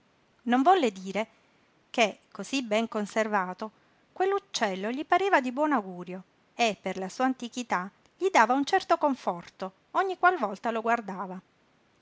non volle dire che cosí ben conservato quell'uccello gli pareva di buon augurio e per la sua antichità gli dava un certo conforto ogni qual volta lo guardava